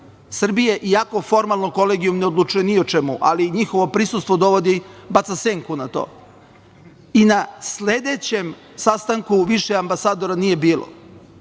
Srbije, iako formalno kolegijum ne odlučuje ni o čemu, ali njihovo prisustvo baca senku na to. I na sledećem sastanku više ambasadora nije bilo. Prema